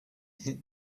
hit